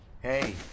Hey